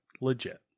Legit